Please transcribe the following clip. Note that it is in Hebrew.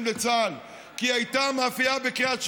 לצה"ל כי היא הייתה מאפייה בקריית שמונה,